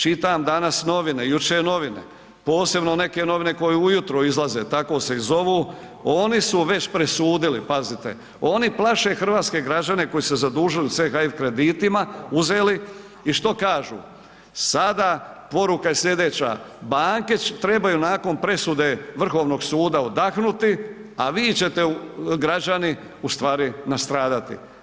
Čitam danas novine, jučer novine, posebno neke novine koje ujutro izlaze, tako se i zovu, oni su već presudili, pazite, oni plaše hrvatske građane koji su se zadužili u CHF kreditima, uzeli i što kažu, sada, poruka je sljedeća, banke trebaju nakon presude Vrhovnog suda odahnuti, a vi ćete građani, ustvari nastradati.